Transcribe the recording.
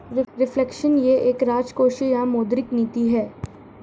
reflection यह एक राजकोषीय या मौद्रिक नीति है